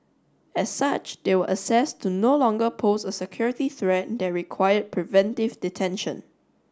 as such they were assess to no longer pose a security threat that required preventive detention